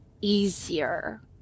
easier